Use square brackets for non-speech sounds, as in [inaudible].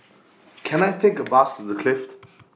[noise] Can I Take A Bus to The Clift